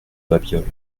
babioles